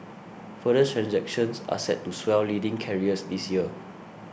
further transactions are set to swell leading carriers this year